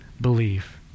believe